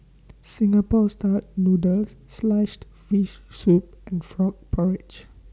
Singapore Style Noodles Sliced Fish Soup and Frog Porridge